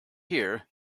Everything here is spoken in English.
here